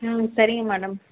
ம் சரிங்க மேடம்